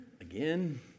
again